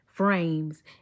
frames